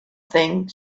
thing